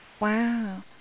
Wow